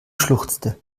schluchzte